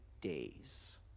days